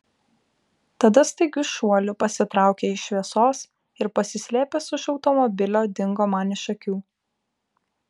tada staigiu šuoliu pasitraukė iš šviesos ir pasislėpęs už automobilio dingo man iš akių